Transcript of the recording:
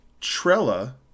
Trella